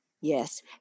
yes